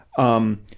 um,